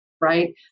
right